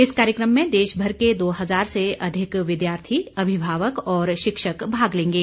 इस कार्यक्रम में देश भर के दो हजार से अधिक विद्यार्थी अभिभावक और शिक्षक भाग लेंगे